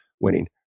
winning